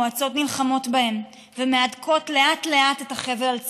המועצות נלחמות בהם ומהדקות לאט-לאט את החבל על צווארם.